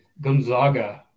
Gonzaga